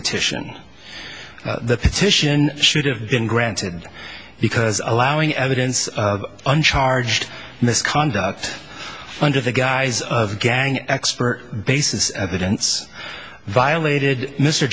titian the petition should have been granted because allowing evidence of uncharged misconduct under the guise of gang expert bases evidence violated mr